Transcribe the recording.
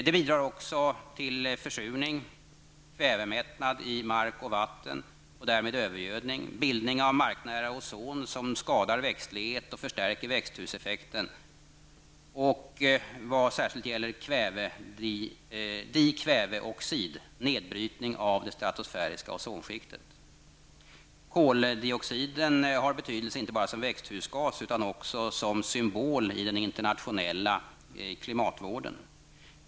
De bidrar också till försurning, kvävemättnad i mark och vatten och därmed övergödning, bildning och marknära ozon som skadar växtlighet och förstärker växthuseffekten samt, vad gäller särskilt dikväveoxid, nedbrytning av det stratosfäriska ozonskiktet. Koldioxiden har betydelse inte bara som växthusgas utan också som symbol i den internationella klimatvården.